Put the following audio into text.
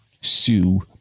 Sue